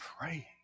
praying